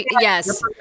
Yes